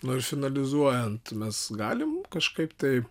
nors analizuojant mes galim kažkaip tai